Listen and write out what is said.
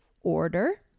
order